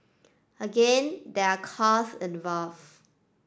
again there are cost involved